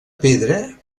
pedra